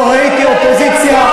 לא ראיתי אופוזיציה,